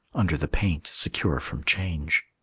under the paint secure from change?